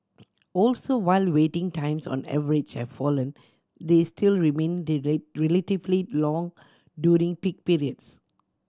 also while waiting times on average have fallen they still remain the relatively long during peak periods